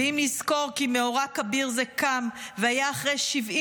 "ואם נזכור כי מאורע כביר זה קם והיה אחרי 70 דורות,